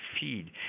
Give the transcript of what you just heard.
feed